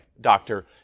Doctor